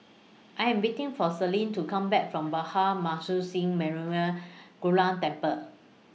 I Am waiting For Selene to Come Back from Bhai Maharaj Singh Memorial Gurdwara Temple